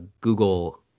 Google